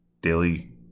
daily